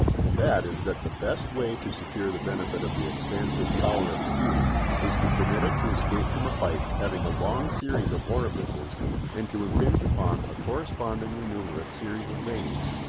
and that is that the best way to secure the benefit of the expansive power of steam is to permit it to escape from a pipe having a long series of orifices and to impinge upon a correspondingly numerous series of vanes,